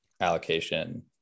allocation